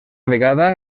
vegada